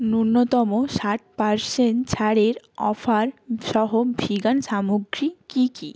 ন্যূনতম ষাট পারসেন্ট ছাড়ের অফারসহ ভিগান সামগ্রী কী কী